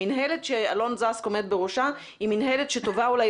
המינהלת שאלון זסק עומד בראשה היא מינהלת שטובה אולי